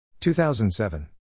2007